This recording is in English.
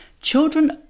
Children